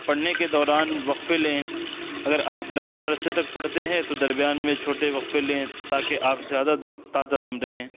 پڑھنے کے دوران وقفے لیں اگر آپ لمبے عرصے تک پڑھتے ہیں تو درمیان میں چھوٹے وقفے لیں تا کہ آپ زیادہ دم تازہ دم رہیں